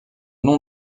nom